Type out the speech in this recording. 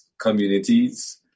communities